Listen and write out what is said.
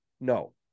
No